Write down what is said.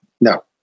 no